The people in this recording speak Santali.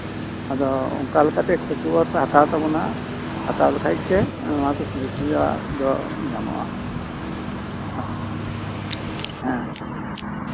ᱟᱫᱚ ᱚᱱᱠᱟᱞᱮᱠᱟᱛᱮ ᱠᱷᱚᱸᱡ ᱠᱷᱚᱵᱚᱨ ᱯᱮ ᱦᱟᱛᱟᱣ ᱛᱟᱵᱚᱱᱟ ᱦᱟᱛᱟᱣ ᱞᱮᱠᱷᱟᱡ ᱜᱮᱯᱮ ᱱᱚᱣᱟ ᱠᱚ ᱥᱩᱡᱳᱜᱽ ᱥᱩᱵᱤᱫᱷᱟ ᱫᱚ ᱧᱟᱢᱚᱜᱼᱟ